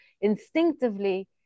instinctively